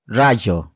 radio